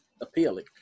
appealing